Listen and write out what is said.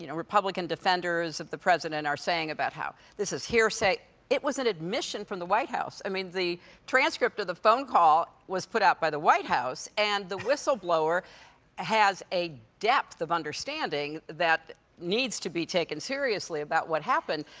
you know republican defenders of the president are saying about how this is hearsay, it was an admission from the white house. i mean the transcript of the phone call was put out by the white house, and the whistleblower has a depth of understanding that needs to be taken seriously about what happened,